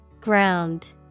Ground